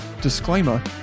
disclaimer